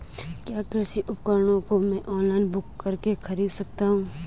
क्या कृषि उपकरणों को मैं ऑनलाइन बुक करके खरीद सकता हूँ?